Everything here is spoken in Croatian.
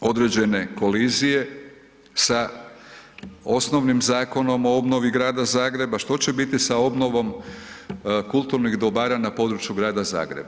određene kolizije sa osnovnim zakonom o obnovi Grada Zagreba, što će biti sa obnovom kulturnih dobara na području Grada Zagreba.